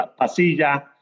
pasilla